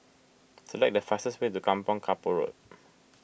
select the fastest way to Kampong Kapor Road